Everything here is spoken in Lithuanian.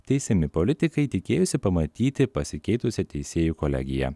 teisiami politikai tikėjosi pamatyti pasikeitusią teisėjų kolegiją